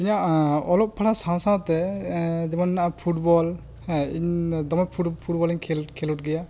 ᱤᱧᱟ ᱜ ᱚᱞᱚᱜ ᱯᱟᱲᱦᱟᱣ ᱥᱟᱶ ᱥᱟᱶᱛᱮ ᱡᱮᱢᱚᱱ ᱱᱟᱜ ᱯᱷᱩᱴᱵᱚᱞ ᱦᱮᱸ ᱤᱧ ᱫᱚᱢᱮ ᱯᱷᱩᱴ ᱯᱷᱩᱴᱵᱚᱞᱤᱧ ᱠᱷᱮᱞ ᱠᱷᱮᱞᱚᱵ ᱜᱮᱭᱟ